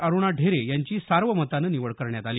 अरुणा ढेरे यांची सार्वमतानं निवड करण्यात आली